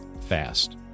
fast